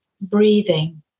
breathing